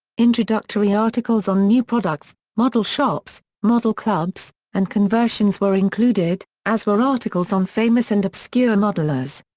introductory articles on new products, model shops, model clubs, and conversions were included, as were articles on famous and obscure modelers.